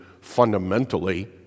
fundamentally